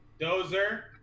Dozer